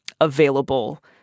available